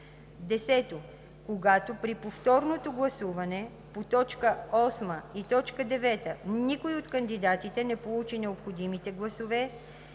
10. Когато при повторното гласуване по т. 8 и т. 9 никой от кандидатите не получи необходимите гласове,